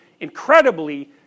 incredibly